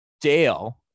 Dale